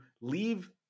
leave